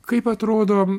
kaip atrodo